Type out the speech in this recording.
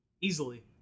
Easily